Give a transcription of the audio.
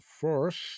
first